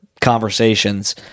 conversations